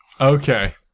okay